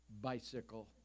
bicycle